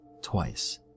twice